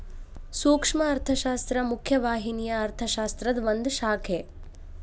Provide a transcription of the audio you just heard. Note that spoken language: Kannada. ಸೂಕ್ಷ್ಮ ಅರ್ಥಶಾಸ್ತ್ರ ಮುಖ್ಯ ವಾಹಿನಿಯ ಅರ್ಥಶಾಸ್ತ್ರದ ಒಂದ್ ಶಾಖೆ